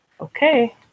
Okay